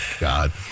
God